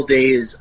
days